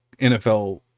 NFL